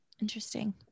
Interesting